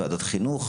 ועדת חינוך,